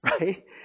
right